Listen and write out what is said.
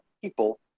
people